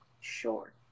Sure